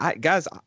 Guys